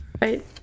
Right